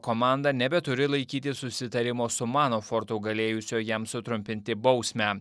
komanda nebeturi laikytis susitarimo su manafortu galėjusio jam sutrumpinti bausmę